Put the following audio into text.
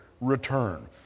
return